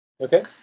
okay